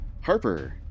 Harper